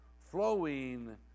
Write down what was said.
flowing